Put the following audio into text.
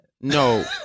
No